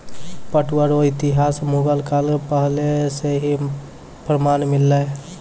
पटुआ रो इतिहास मुगल काल पहले से ही प्रमान मिललै